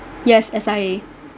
yes S_I_A